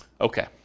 Okay